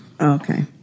Okay